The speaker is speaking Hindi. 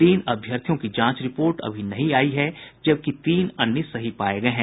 तीन अभ्यर्थियों की जांच रिपोर्ट अभी नहीं आयी है जबकि तीन अन्य सही पाये गये हैं